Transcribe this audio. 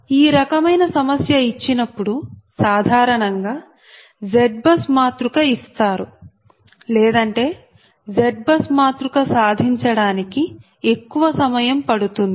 ఈ రకమైన సమస్య ఇచ్చినప్పుడు సాధారణంగా ZBUSమాతృక ఇస్తారు లేదంటే ZBUS మాతృక సాధించడానికి ఎక్కువ సమయం పడుతుంది